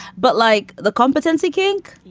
but like the competency kink,